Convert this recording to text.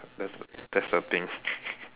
that's the that's the thing